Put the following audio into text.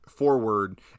Forward